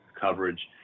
coverage